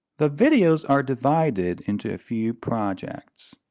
the videos are divided into a few projects